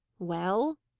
well?